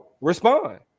respond